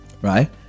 right